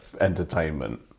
entertainment